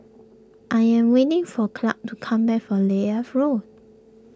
I am waiting for Clarke to come back from Leith Road